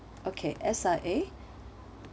okay S_I_A